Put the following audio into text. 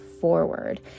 forward